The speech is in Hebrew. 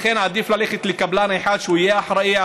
עדיף ללכת לקבלן אחד, שהוא יהיה אחראי.